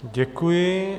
Děkuji.